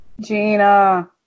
Gina